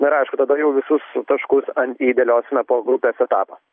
na ir aišku tada jau visus taškus ant i dėliosime po grupės etapo